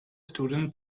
student